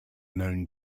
known